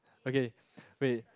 okay wait